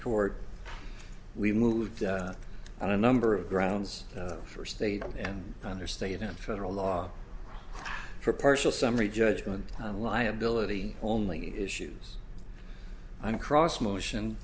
court we moved on a number of grounds for state and under state and federal law for partial summary judgment on liability only issues on cross motion